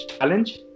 challenge